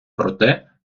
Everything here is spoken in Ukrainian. проте